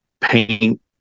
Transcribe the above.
paint